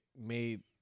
made